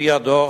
על-פי הדוח,